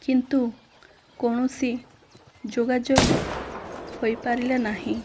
କିନ୍ତୁ କୌଣସି ଯୋଗାଯୋଗ ହୋଇପାରିଲା ନାହିଁ